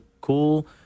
cool